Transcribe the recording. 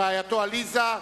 מרעייתו עליזה,